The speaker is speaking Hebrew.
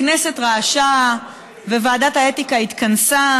הכנסת רעשה וועדת האתיקה התכנסה,